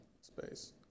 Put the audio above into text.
space